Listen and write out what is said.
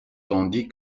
tandis